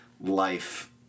life